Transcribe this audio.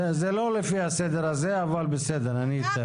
זה לא לפי הסדר הזה, אבל בסדר, אני אתן לך.